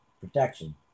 protection